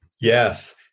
Yes